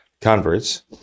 converts